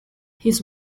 his